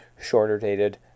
shorter-dated